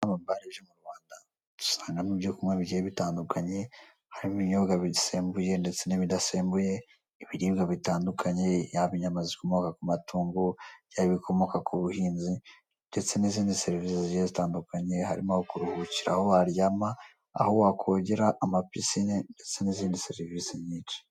Ama bare menshi yo mu Rwanda, usangamo ibinyobwa bigiye bitandukanye, harimo ibinyobwa bisembuye ndetse n'ibidasembuye, ibiribwa bitandukanye, yaba inyama zikomoka ku matungo, yaba ibikomoka ku buhinzi, ndetse n'izindi serivisi zigiye zitandukanye, harimo aho kuruhukira, aho waryama, aho wakogera, amapisine ndetse n'izindi serivisi nyinshi.